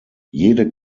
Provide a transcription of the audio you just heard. jede